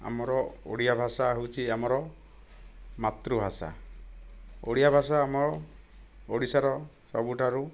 ଆମର ଓଡ଼ିଆ ଭାଷା ହେଉଛି ଆମର ମାତୃଭାଷା ଓଡ଼ିଆ ଭାଷା ଆମ ଓଡ଼ିଶାର ସବୁଠାରୁ